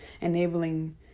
enabling